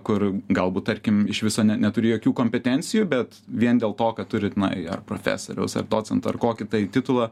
kur galbūt tarkim iš viso ne neturi jokių kompetencijų bet vien dėl to kad turi tenai ar profesoriaus ar docento ar kokį tai titulą